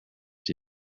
yet